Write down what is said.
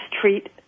treat